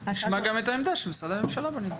נשמע גם את העמדה של משרדי הממשלה בנידון.